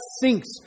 sinks